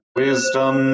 wisdom